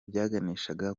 byaganishaga